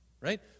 right